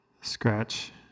scratch